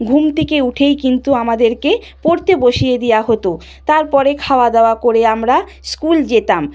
ঘুম থেকে উঠেই কিন্তু আমাদেরকে পড়তে বসিয়ে দেওয়া হতো তার পরে খাওয়া দাওয়া করে আমরা স্কুল যেতাম